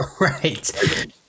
right